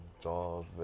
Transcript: job